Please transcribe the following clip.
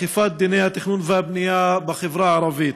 אכיפת דיני התכנון והבנייה בחברה הערבית.